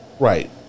Right